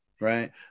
right